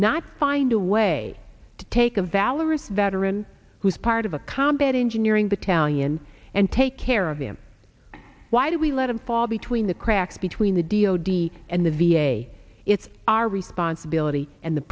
not find a way to take a valorous veteran who is part of a combat engineering battalion and take care of him why do we let him fall between the cracks between the d o d and the v a it's our responsibility and the